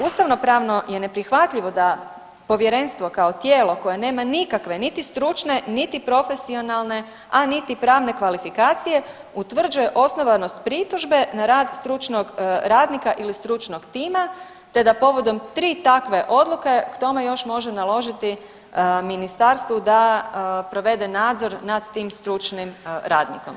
Ustavnopravno je neprihvatljivo da Povjerenstvo kao tijelo koje nikakve, niti stručne niti profesionalne, a niti pravne kvalifikacije utvrđuje osnovanost pritužbe na rad stručnog radnika ili stručnog tima te da povodom 3 takve odluke k tome još može naložiti ministarstvu da provede nadzor nad tim stručnim radnikom.